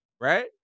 right